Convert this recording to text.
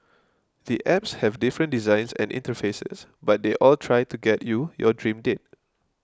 the apps have different designs and interfaces but they all try to get you your dream date